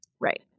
Right